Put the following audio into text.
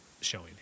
showing